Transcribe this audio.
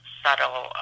subtle